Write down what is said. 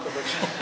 הוא מקבל שחרור.